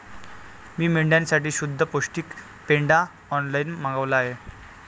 मी मेंढ्यांसाठी शुद्ध पौष्टिक पेंढा ऑनलाईन मागवला आहे